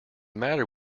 matter